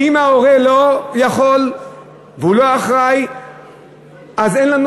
ואם ההורה לא יכול והוא לא אחראי אז אין לנו